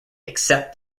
except